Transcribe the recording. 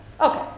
Okay